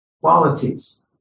qualities